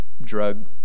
drug